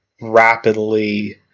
rapidly